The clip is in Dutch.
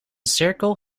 cirkel